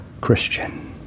Christian